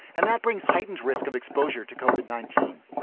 and that brings heightened risk of exposure to kova nineteen.